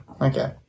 Okay